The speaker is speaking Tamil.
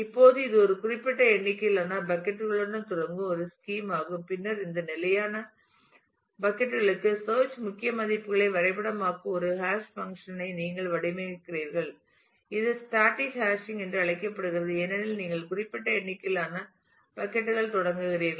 இப்போது இது ஒரு குறிப்பிட்ட எண்ணிக்கையிலான பக்கட் களுடன் தொடங்கும் ஒரு ஸ்கீம் ஆகும் பின்னர் இந்த நிலையான பக்கட் களுக்கு சேர்ச் முக்கிய மதிப்புகளை வரைபடமாக்கும் ஒரு ஹாஷிங் பங்க்ஷன் ஐ நீங்கள் வடிவமைக்கிறீர்கள் இது ஸ்டாடிக் ஹேஷிங் என்று அழைக்கப்படுகிறது ஏனெனில் நீங்கள் குறிப்பிட்ட எண்ணிக்கையிலான பக்கட் கள் தொடங்குகிறீர்கள்